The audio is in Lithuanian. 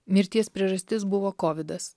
mirties priežastis buvo kovidas